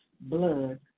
blood